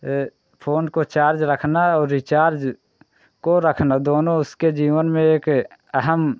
ए phone को charge रखना और रीचार्ज को रखना दोनों उसके जीवन में एक अहम